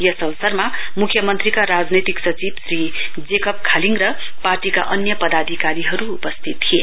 यस अवसरमा मुख्यमन्त्रीका राजनैतिक सचिव श्री जेकव खालिङ र पार्टीका अन्य पदार्धिकारीहरू उपस्थित थिए